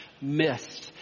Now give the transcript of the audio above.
missed